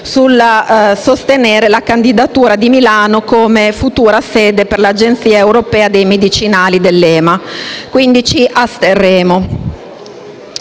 il sostegno della candidatura di Milano come futura sede dell'Agenzia europea dei medicinali (EMA). Quindi, ci asterremo